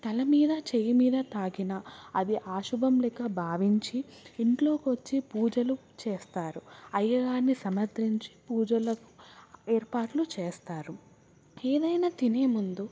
తల మీద చేయి మీద తాకిన అది అశుభం లాగా భావించి ఇంట్లోకొచ్చి పూజలు చేస్తారు అయ్యగారిని సమర్దించి పూజలకు ఏర్పాట్లు చేస్తారు ఏదైనా తినేముందు